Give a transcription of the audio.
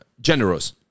generous